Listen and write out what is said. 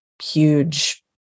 huge